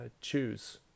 choose